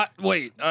Wait